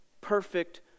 Perfect